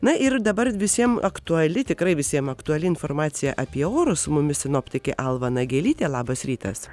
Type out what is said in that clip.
na ir dabar visiem aktuali tikrai visiem aktuali informacija apie orus su mumis sinoptikė alma nagelytė labas rytas